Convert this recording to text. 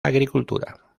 agricultura